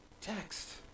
text